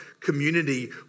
community